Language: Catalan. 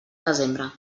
desembre